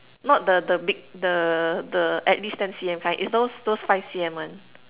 not the the big the the at least ten C_M kind it's those those five C_M one